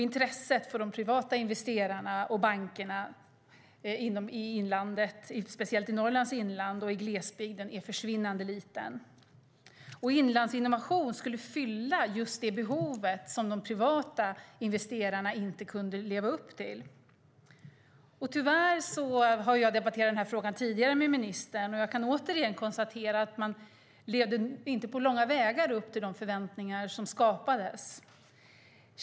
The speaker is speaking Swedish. Intresset från de privata investerarna och bankerna i inlandet, speciellt Norrlands inland, och i glesbygden är försvinnande litet. Inlandsinnovation skulle fylla just det behov som de privata investerarna inte kunde leva upp till. Jag har debatterat den här frågan tidigare med ministern, och tyvärr kan jag återigen konstatera att man inte på långa vägar lever upp till de förväntningar som skapades.